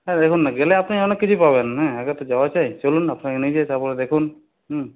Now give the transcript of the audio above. হ্যাঁ দেখুন না গেলে আপনি অনেক কিছুই পাবেন হ্যাঁ আগে তো যাওয়া চাই চলুন আপনাকে নিয়ে যাই তার পরে দেখুন হুম